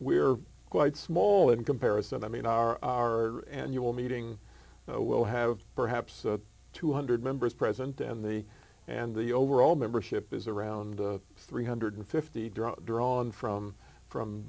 we're quite small in comparison i mean our annual meeting will have perhaps two hundred members present and the and the overall membership is around three hundred and fifty draw drawn from from